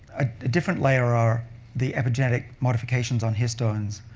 a different layer are the epigenetic modifications on histones,